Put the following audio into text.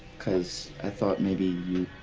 because i thought maybe you.